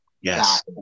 yes